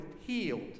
healed